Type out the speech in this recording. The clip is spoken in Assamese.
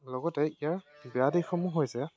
লগতে ইয়াৰ বেয়া দিশসমূহ হৈছে